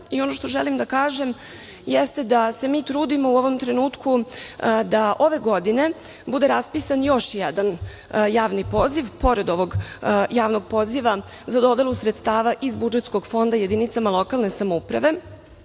što želim da kažem jeste da se mi trudimo u ovom trenutku da ove godine bude raspisan još jedan javni poziv, pored ovog javnog poziva, za dodelu sredstava iz budžetskog fonda jedinicama lokalne samouprave.